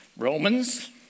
Romans